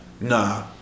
Nah